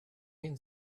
been